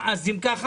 אם כך,